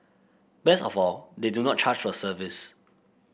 best of all they do not charge for service